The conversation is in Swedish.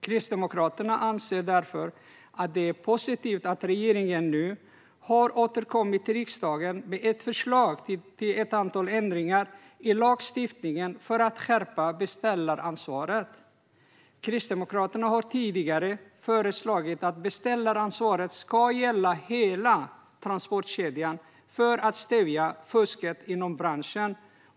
Kristdemokraterna anser därför att det är positivt att regeringen nu har återkommit till riksdagen med ett förslag till ett antal ändringar i lagstiftningen för att skärpa beställaransvaret. Kristdemokraterna har tidigare föreslagit att beställaransvaret ska gälla hela transportkedjan för att stävja fusket inom branschen.